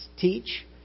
teach